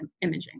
imaging